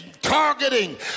targeting